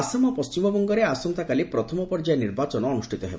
ଆସାମ ଓ ପଶ୍ଚିମବଙ୍ଗରେ ଆସନ୍ତାକାଲି ପ୍ରଥମ ପର୍ଯ୍ୟାୟ ନିର୍ବାଚନ ଅନୁଷ୍ଠିତ ହେବ